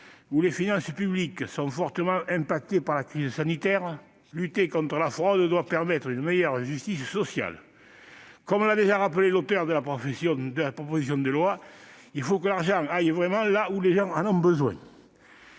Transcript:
où les finances publiques sont fortement éprouvées par la crise sanitaire, lutter contre la fraude doit permettre une meilleure justice sociale. Comme l'a déjà rappelé l'auteur de la proposition de loi, « il faut que l'argent aille vraiment là où les gens en ont besoin